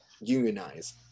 unionize